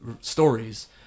stories